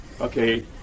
okay